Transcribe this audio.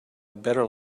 better